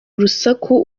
urusaku